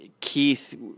Keith